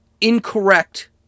incorrect